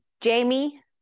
jamie